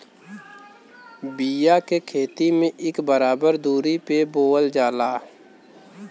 बिया के खेती में इक बराबर दुरी पे बोवल जाला